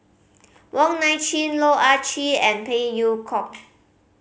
Wong Nai Chin Loh Ah Chee and Phey Yew Kok